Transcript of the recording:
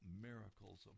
miracles